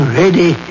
ready